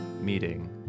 meeting